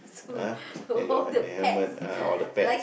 ah then your helmet ah all the pads